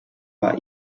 war